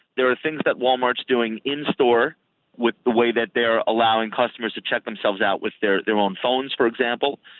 there are things that walmart's doing in-store with the way that they are allowing customers to check themselves out with their own phones, for example.